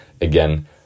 again